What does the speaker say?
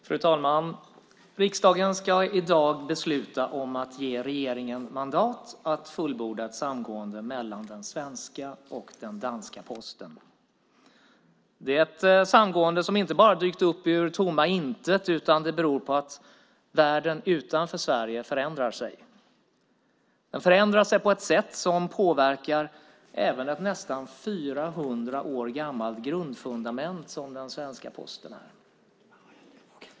Fru talman! Riksdagen ska i dag besluta om att ge regeringen mandat att fullborda ett samgående mellan den svenska och den danska Posten. Det är ett samgående som inte dykt upp ur tomma intet, utan det beror på att världen utanför Sverige förändras. Den förändras på ett sätt som påverkar även ett nästan 400 år gammalt grundfundament som den svenska Posten.